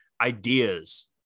ideas